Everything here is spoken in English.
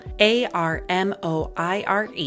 armoire